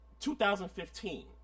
2015